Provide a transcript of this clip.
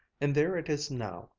and there it is now,